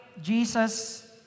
Jesus